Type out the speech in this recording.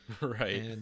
Right